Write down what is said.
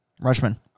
Rushman